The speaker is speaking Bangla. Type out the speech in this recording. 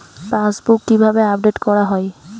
পাশবুক কিভাবে আপডেট করা হয়?